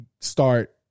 start